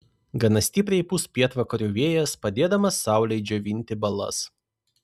gana stipriai pūs pietvakarių vėjas padėdamas saulei džiovinti balas